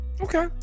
okay